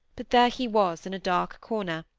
but there he was in a dark corner,